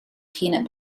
peanut